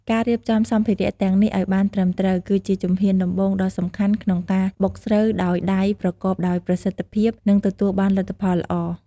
ការរៀបចំសម្ភារៈទាំងនេះឱ្យបានត្រឹមត្រូវ គឺជាជំហានដំបូងដ៏សំខាន់ក្នុងការបុកស្រូវដោយដៃប្រកបដោយប្រសិទ្ធភាព និងទទួលបានលទ្ធផលល្អ។